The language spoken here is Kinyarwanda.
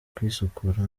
kwisukura